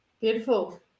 Beautiful